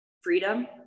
freedom